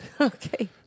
Okay